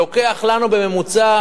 לוקח לנו בממוצע,